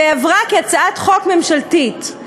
ועברה כהצעת חוק ממשלתית,